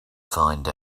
find